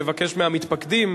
לבקש מהמתפקדים,